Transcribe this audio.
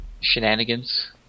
shenanigans